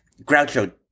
Groucho